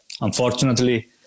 Unfortunately